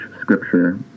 Scripture